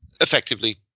effectively